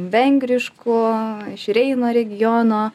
vengriškų iš reino regiono